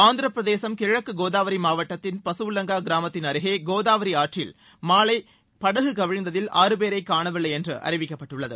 ஆந்திரப்பிரதேசம் கிழக்கு கோதாவரி மாவட்டத்தின் பசுவுல்லங்கா கிராமத்தின் அருகே கோதாவரி ஆற்றில் நேற்று மாலை படகு கவிழ்ந்ததில் ஆறு பேரை காணவில்லை என்று அறிவிக்கப்பட்டுள்ளது